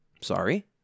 sorry